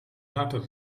daughter